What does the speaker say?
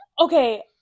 Okay